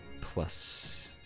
plus